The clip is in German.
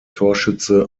torschütze